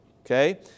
Okay